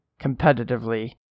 competitively